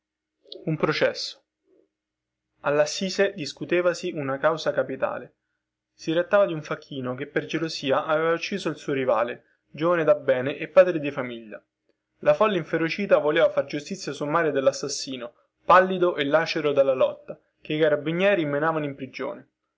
un processo allassise discutevasi una causa capitale si trattava di un facchino che per gelosia aveva ucciso il suo rivale giovane dabbene e padre di famiglia la folla inferocita voleva far giustizia sommaria dellassassino pallido e lacero dalla lotta che i carabinieri menavano in prigione